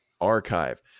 archive